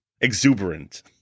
exuberant